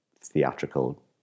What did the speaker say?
theatrical